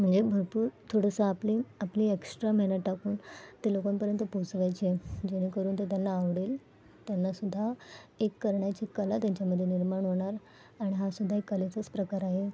म्हणजे भरपूर थोडंसं आपली आपली एक्स्ट्रा मेहनत टाकून ते लोकांपर्यंत पोहोचवायची आहे जेणेकरून ते त्यांना आवडेल त्यांना सुद्धा एक करण्याची कला त्यांच्यामध्ये निर्माण होणार आणि हा सुद्धा एक कलेचाच प्रकार आहे